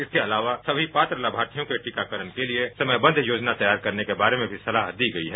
इसके अलावा सची पात्र लामार्थियों के टीकाकरण के लिए समयबद्ध योजना तैयार करने के बारे में भी सलाह दी गई है